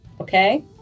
Okay